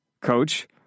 coach